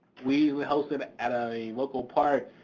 we held it at a local park,